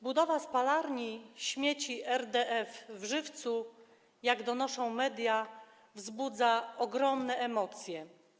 Budowa spalarni śmieci RDF w Żywcu, jak donoszą media, wzbudza ogromne emocje.